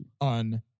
on